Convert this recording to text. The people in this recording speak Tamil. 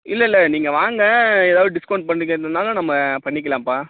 இல்லை இல்லை நீங்கள் வாங்க ஏதாவது டிஸ்கவுண்ட் பண்ணிக்கிறதுனாலும் நம்ம பண்ணிக்கலாம்பா